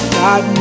god